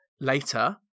later